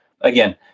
Again